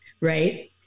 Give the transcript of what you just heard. right